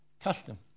custom